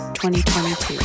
2022